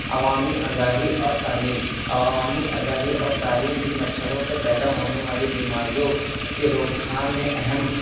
عوامی آگاہی اور تعلیم عوامی آگاہی اور تعلیم بھی مچھروں سے پیدا والی بیماریوں کی روک تھام میں اہم